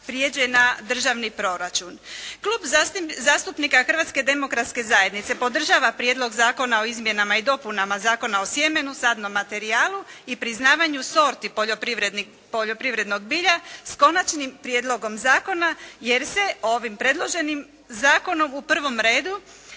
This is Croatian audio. prijeđe na državni proračun. Klub zastupnika Hrvatske demokratske zajednice podržava Prijedlog zakona o izmjenama i dopunama Zakona o sjemenu, sadnom materijalu i priznavanju sorti poljoprivrednog bilja s konačnim prijedlogom zakona jer se ovim predloženim zakonom u prvom redu